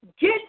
get